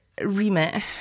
remit